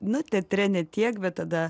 na teatre ne tiek bet tada